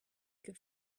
good